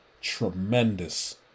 tremendous